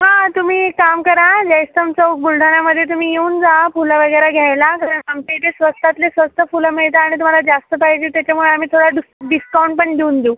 हां तुम्ही एक काम करा जयस्तंभ चौक बुलढाण्यामध्ये तुम्ही येऊन जा फुलं वगैरे घ्यायला सगळ्यात आमच्या इथे स्वस्तातले स्वस्त फुलं मिळतात आणि तुम्हाला जास्त पाहिजे त्याच्यामुळे आम्ही थोडा डुस् डिस्काऊंट पण देऊन देऊ